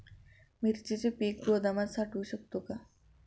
मिरचीचे पीक गोदामात साठवू शकतो का?